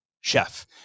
chef